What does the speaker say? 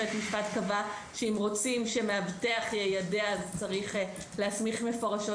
בית המשפט קבע שאם רוצים שמאבטח יידע אז צריך להסמיך מפורשות,